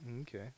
Okay